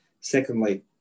secondly